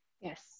Yes